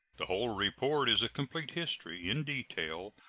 the whole report is a complete history, in detail,